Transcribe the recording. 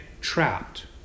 trapped